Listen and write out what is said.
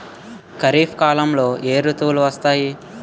ఖరిఫ్ కాలంలో ఏ ఋతువులు వస్తాయి?